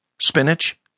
spinach